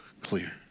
clear